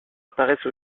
apparaissent